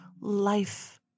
life